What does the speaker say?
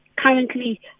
currently